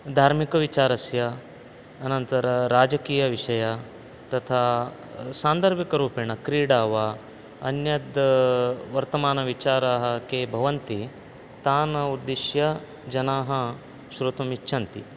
धार्मिकविचारस्य अनन्तरं राजकीयविषयः तथा सान्दर्भिकरूपेण क्रीडा वा अन्यत् वर्तमानविचाराः के भवन्ति तान् उद्दिश्य जनाः श्रोतुमिच्छन्ति